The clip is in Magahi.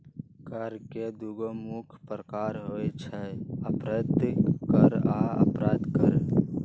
कर के दुगो मुख्य प्रकार होइ छै अप्रत्यक्ष कर आ अप्रत्यक्ष कर